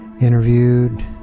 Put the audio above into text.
interviewed